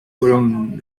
fueron